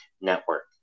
network